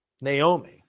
Naomi